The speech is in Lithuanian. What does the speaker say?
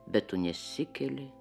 bet tu nesikeli